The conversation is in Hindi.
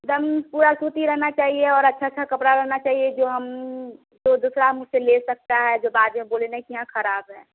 एकदम पूरा सूती रहना चाहिए और अच्छा अच्छा कपड़ा रहना चाहिए जो हम दो दूसरा मुझसे ले सकता है जो बाद में बोले नहीं कि हाँ खराब है